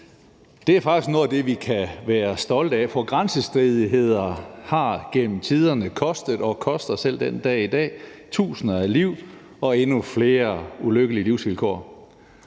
Det er faktisk noget af det, vi kan være stolte af. For grænsestridigheder har gennem tiderne kostet og koster selv den dag i dag tusinder af liv og endnu flere ulykkelige livsvilkår.